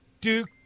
Duke